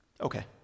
Okay